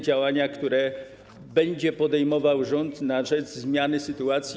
działania będzie podejmował rząd na rzecz zmiany sytuacji?